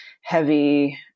heavy